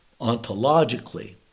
ontologically